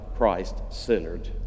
Christ-centered